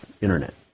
internet